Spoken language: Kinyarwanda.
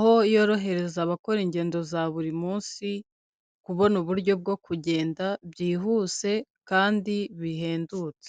ho yorohereza abakora ingendo za buri munsi kubona uburyo bwo kugenda byihuse kandi bihendutse.